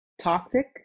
toxic